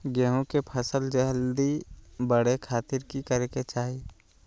गेहूं के फसल जल्दी बड़े खातिर की करे के चाही?